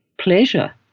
pleasure